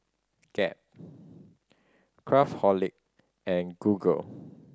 Gap Craftholic and Google